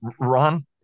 Ron